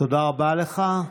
תודה רבה לך.